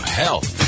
health